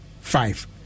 five